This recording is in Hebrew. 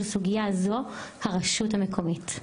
זו הרשות המקומית.